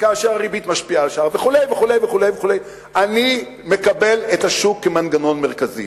וכאשר הריבית משפיעה על השער וכו' וכו' אני מקבל את השוק כמנגנון מרכזי,